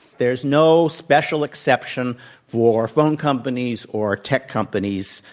there is no special exception for phone companies or tech companies.